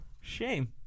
shame